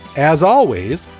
as always,